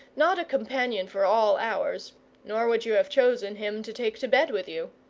not a companion for all hours nor would you have chosen him to take to bed with you.